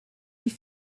die